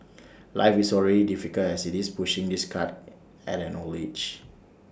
life is already difficult as IT is pushing this cart at an old age